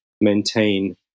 maintain